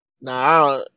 Nah